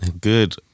Good